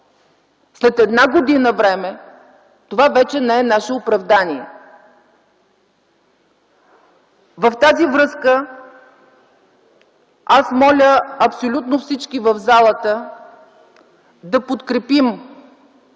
след една година време това вече не е наше оправдание. В тази връзка аз моля абсолютно всички в залата да подкрепим